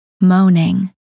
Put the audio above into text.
moaning